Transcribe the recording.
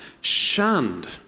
shunned